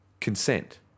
consent